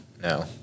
No